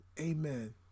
amen